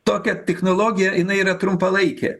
tokia technologija jinai yra trumpalaikė